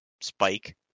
Spike